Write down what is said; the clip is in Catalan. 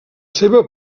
seva